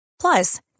Plus